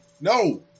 No